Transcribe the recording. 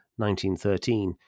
1913